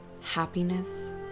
happiness